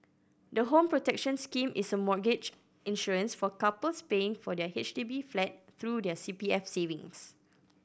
the Home Protection Scheme is a mortgage insurance for couples paying for their H D B flat through their C P F savings